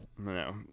No